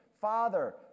Father